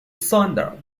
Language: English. thunder